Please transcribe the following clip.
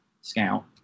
Scout